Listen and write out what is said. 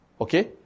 Okay